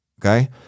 okay